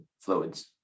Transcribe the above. fluids